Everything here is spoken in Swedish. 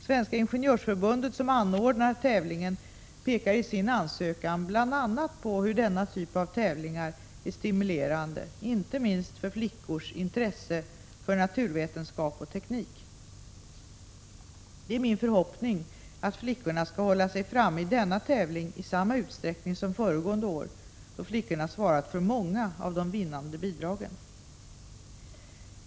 Svenska ingenjörsförbundet, som anordnar tävlingen, pekar i sin ansökan bl.a. på hur denna typ av tävlingar är stimulerande inte minst för flickors intresse för naturvetenskap och teknik. Det är min förhoppning att flickorna skall hålla sig framme i denna tävling i samma utsträckning som föregående år då flickorna svarat för många av de vinnande bidragen.